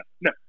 No